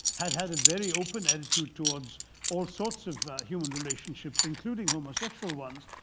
had had a very open attitude towards all sorts of human relationships. including homosexual ones.